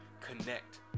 connect